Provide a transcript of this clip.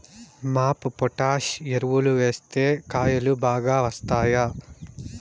MOP potash ఎరువులు వేస్తే కాయలు బాగా వస్తాయా?